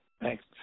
Thanks